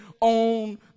on